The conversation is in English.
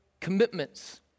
commitments